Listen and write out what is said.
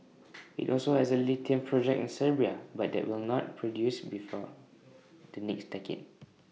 IT also has A lithium project in Serbia but that will not produce before the next decade